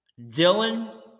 Dylan